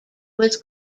was